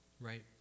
right